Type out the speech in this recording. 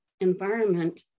environment